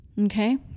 Okay